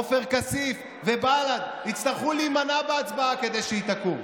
עופר כסיף ובל"ד יצטרכו להימנע בהצבעה כדי שהיא תקום.